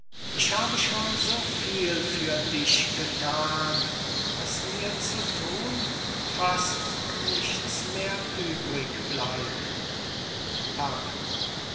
ich habe schon so viel für dich gethan daß mir zu thun fast nichts mehr übrig bleibt